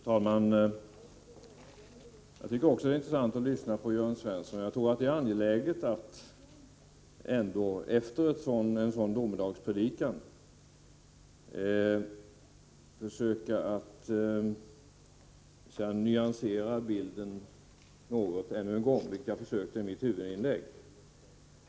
Fru talman! Jag tycker också det är intressant att lyssna till Jörn Svensson. Jag anser det emellertid angeläget att, efter en sådan domedagspredikan som han här höll, försöka nyansera bilden något ännu en gång. Jag försökte göra en sådan nyansering redan i mitt huvudinlägg.